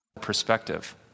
perspective